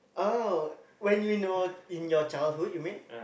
oh when you in your in your childhood you mean